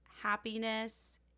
happiness